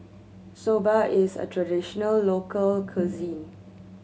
soba is a traditional local cuisine